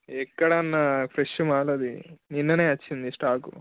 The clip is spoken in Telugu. ఎక్కడ అన్న ఫ్రెష్ మాల్ అది నిన్ననే వచ్చింది స్టాకు